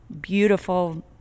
beautiful